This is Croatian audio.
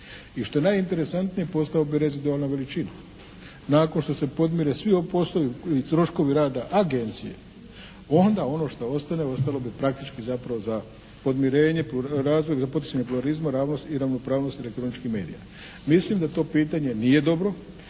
i što je najinteresantnije postao bi rezidualna većina. Nakon što se podmire svi poslovi i troškovi rada agencije onda ono što ostane ostalo bi praktički zapravo za podmirenje, razvoj i poticanje pluralizma i ravnopravnost elektroničkih medija. Mislim da to pitanje nije dobro